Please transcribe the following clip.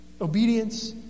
Obedience